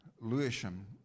lewisham